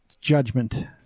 judgment